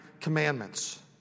commandments